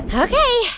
ah ok.